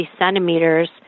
centimeters